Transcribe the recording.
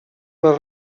les